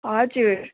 हजुर